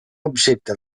objecte